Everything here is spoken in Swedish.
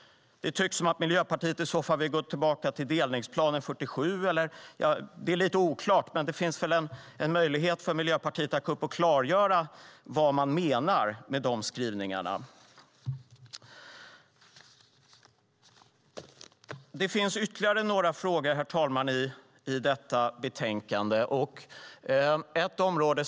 Det tycks som om Miljöpartiet vill gå tillbaka till delningsplanen 1947. Det är lite oklart, men det finns möjlighet för Miljöpartiet att gå upp i talarstolen och klargöra vad man menar med de skrivningarna. Det finns ytterligare några frågor i detta betänkande, herr talman.